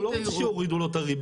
הוא לא רוצה שיורידו לו את הריביות.